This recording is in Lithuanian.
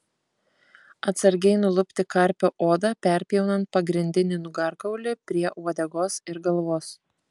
atsargiai nulupti karpio odą perpjaunant pagrindinį nugarkaulį prie uodegos ir galvos